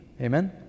Amen